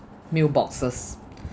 meal boxes